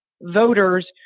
voters